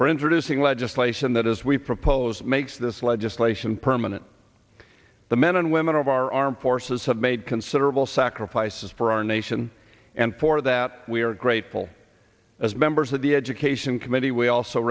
for introducing legislation that as we propose makes this legislation permanent the men and women of our armed forces have made considerable sacrifices for our nation and for that we are grateful as members of the education committee we also